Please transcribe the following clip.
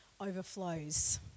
overflows